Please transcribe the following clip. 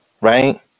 Right